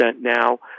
now